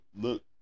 look